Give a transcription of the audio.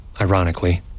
ironically